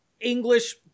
English